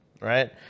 Right